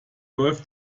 läuft